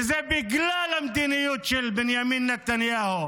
וזה בגלל המדיניות של בנימין נתניהו